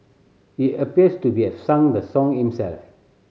he appears to be have sung the song himself